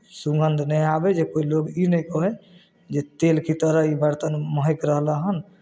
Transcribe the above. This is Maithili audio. सुगन्ध नहि आबय जे कोइ लोक ई नहि कहय जे तेलके तरह ई बरतन महकि रहलह हन